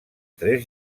tres